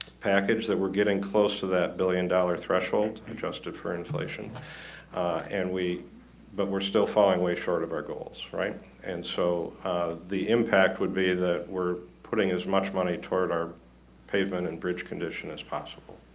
package that we're getting close to that billion dollar threshold adjusted for inflation and we but we're still falling way short of our goals right and so the impact would be that we're putting as much money toward our pavement and bridge condition as possible